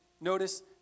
notice